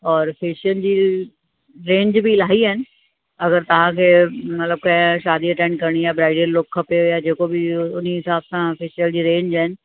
और फ़ैशियल जी रेंज बि इलाही आहिनि अगरि तव्हांखे मतिलबु कंहिं शादी अटैन करिणी आहे ब्राइडल लुक खपे जेको बि उन्ही हिसाब सां फ़ैशियल जी रेंज आहिनि